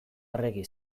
arregi